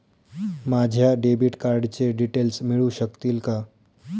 माझ्या डेबिट कार्डचे डिटेल्स मिळू शकतील का?